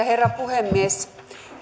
herra puhemies